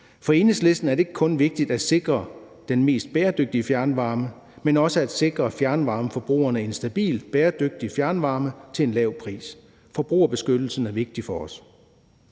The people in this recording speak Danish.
For Enhedslisten er det ikke kun vigtigt at sikre den mest bæredygtige fjernvarme, men også at sikre fjernvarmeforbrugerne en stabil, bæredygtig fjernvarme til en lav pris. Forbrugerbeskyttelsen er vigtig for os.